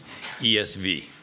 ESV